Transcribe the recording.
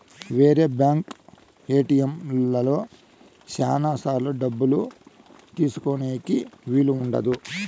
వేరే బ్యాంక్ ఏటిఎంలలో శ్యానా సార్లు డబ్బు తీసుకోనీకి వీలు ఉండదు